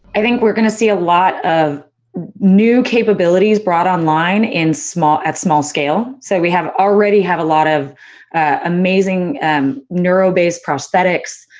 i think we're going to see a lot of new capabilities brought online and at small scale. so, we have already had a lot of amazing neuro-based prosthetics,